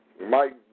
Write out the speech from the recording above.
Mike